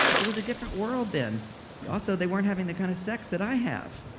it was a different world then. but also, they weren't having the kind of sex that i have